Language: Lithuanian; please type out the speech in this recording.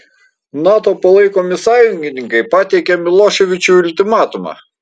nato palaikomi sąjungininkai pateikė miloševičiui ultimatumą